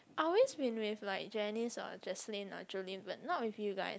I always been with like Jenice or Jesline or Jolin but not with you guys